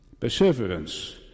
Perseverance